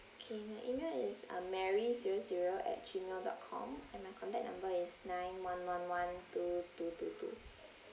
okay my email is um mary zero zero at gmail dot com and my contact number is nine one one one two two two two